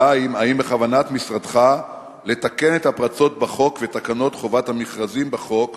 2. האם בכוונת משרדך לתקן את הפרצות בחוק ובתקנות חובת המכרזים בחוק